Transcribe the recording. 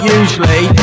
usually